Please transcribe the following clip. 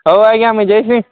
ହଉ ଆଜ୍ଞାଁ ମୁନ୍ ଜଗ୍ବି